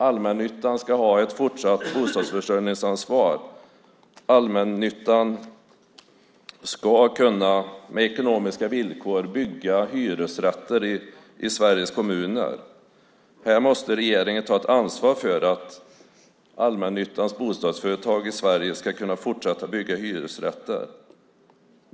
Allmännyttan ska ha ett fortsatt bostadsförsörjningsansvar. Allmännyttan ska med ekonomiska villkor kunna bygga hyresrätter i Sveriges kommuner. Här måste regeringen ta ett ansvar för att allmännyttans bostadsföretag i Sverige ska kunna fortsätta bygga hyresrätter.